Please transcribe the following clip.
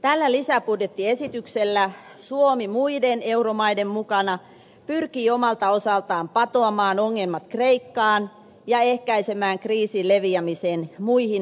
tällä lisäbudjettiesityksellä suomi muiden euromaiden mukana pyrkii omalta osaltaan patoamaan ongelmat kreikkaan ja ehkäisemään kriisin leviämisen muihin euromaihin